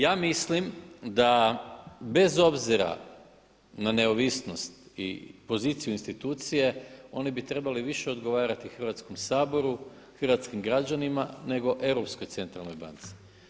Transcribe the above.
Ja mislim da bez obzira na neovisnost i poziciju institucije oni bi trebali više odgovarati Hrvatskom saboru, hrvatskim građanima nego Europskoj centralnoj banci.